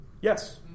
Yes